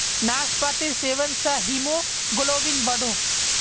नास्पातिर सेवन से हीमोग्लोबिन बढ़ोह